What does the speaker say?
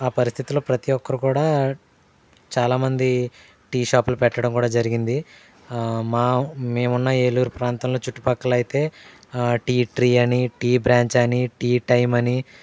ఆ పరిస్థితుల్లో ప్రతి ఒక్కరు కూడా చాలా మంది టీ షాపులు పెట్టడం కూడా జరిగింది మా మేమున్న ఏలూరు ప్రాంతంలో చుట్టుపక్కలు అయితే టీ ట్రీ అని టీ బ్రాంచ్ అని టీ టైం అని